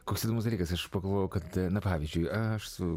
koks įdomus dalykas aš pagalvojau kad na pavyzdžiui aš su